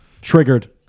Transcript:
Triggered